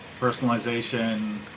Personalization